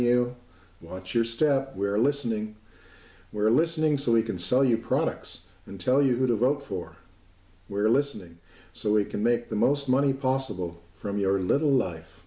you watch your step we're listening we're listening so we can sell you products and tell you who to vote for where listening so we can make the most money possible from your little life